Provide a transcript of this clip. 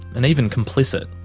and even complicit.